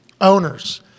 owners